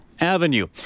Avenue